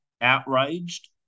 outraged